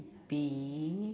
be